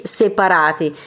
separati